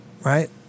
right